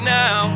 now